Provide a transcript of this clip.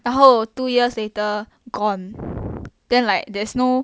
然后 two years later gone then like there's no